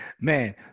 man